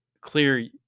clear